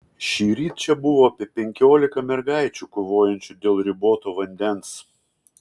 šįryt čia buvo apie penkiolika mergaičių kovojančių dėl riboto vandens